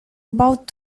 about